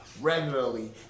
regularly